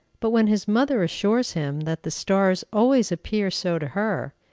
but when his mother assures him that the stars always appear so to her,